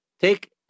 Take